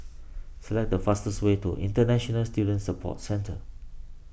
select the fastest way to International Student Support Centre